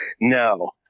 No